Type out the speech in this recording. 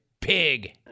Pig